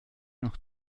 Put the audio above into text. noch